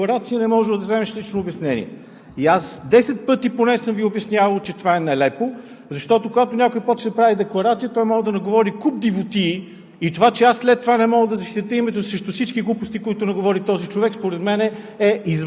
И 10 пъти поне ми е било обяснявано, че е било само на изказване, а когато е било на декларация – не можеш да вземеш лично обяснение. Аз 10 пъти поне съм Ви обяснявал, че това е нелепо, защото, когато някой започне да прави декларация, той може да наговори куп дивотии